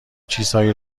چیزهایی